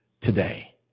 today